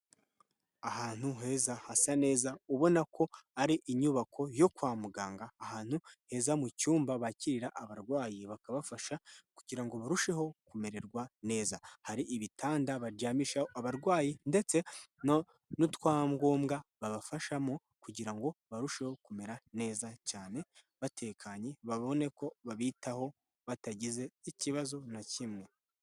Ahantu heza hasa neza ubona ko ari inyubako yo kwa muganga ahantu heza mu cyumba bakirira abarwayi bakabafasha kugira ngo barusheho kumererwa neza, hari ibitanda baryamishaho abarwayi ndetse n' utwangombwa babafashamo kugira ngo barusheho kumera neza cyane batekanye babone ko babitaho batagize ikibazo na kimwe.